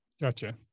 Gotcha